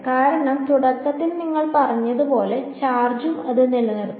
കാരണം തുടക്കത്തിൽ നിങ്ങൾ പറഞ്ഞത് പോലെ ചാർജും അത് നിലനിൽക്കും